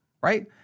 right